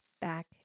back